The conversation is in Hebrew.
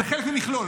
זה חלק ממכלול.